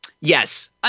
Yes